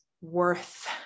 worth